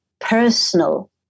personal